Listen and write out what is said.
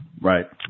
right